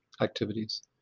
activities